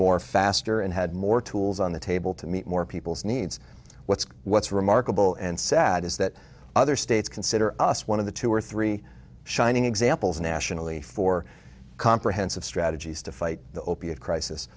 more faster and had more tools on the table to meet more people's needs what's what's remarkable and sad is that other states consider us one of the two or three shining examples nationally for comprehensive strategies to fight the opi of crisis